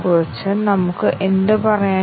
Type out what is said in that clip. ഇനി നമുക്ക് അത് നോക്കാം